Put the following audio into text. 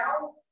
now